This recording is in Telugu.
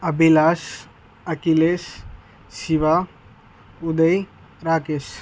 అభిలాష్ అఖిలేష్ శివ ఉదయ్ రాకేష్